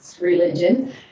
religion